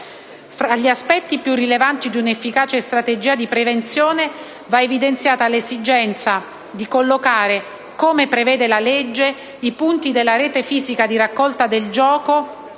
Fra gli aspetti più rilevanti di un'efficace strategia di prevenzione, va evidenziata l'esigenza di collocare, come prevede la legge, i punti della rete fisica di raccolta del gioco